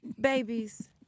Babies